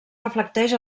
reflecteix